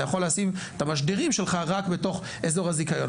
אתה יכול לשים את המשדרים שלך רק בתוך אזור הזיכיון.